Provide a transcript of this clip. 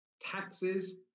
taxes